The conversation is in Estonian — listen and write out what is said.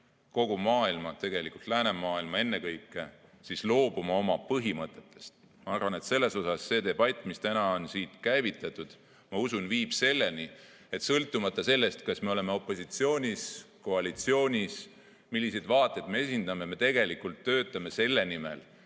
kogu maailma, tegelikult ennekõike läänemaailma, loobuma oma põhimõtetest. Ma arvan, et selles osas see debatt, mis täna on siin käivitatud, viib selleni, et sõltumata sellest, kas me oleme opositsioonis või koalitsioonis ja milliseid vaateid me esindame, me tegelikult töötame meie